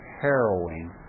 harrowing